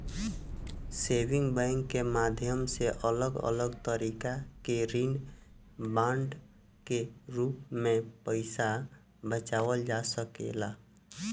saving bank के माध्यम से अलग अलग तरीका के ऋण बांड के रूप में पईसा बचावल जा सकेला